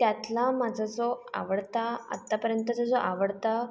त्यातला माझा जो आवडता आतापर्यंतचा जो आवडता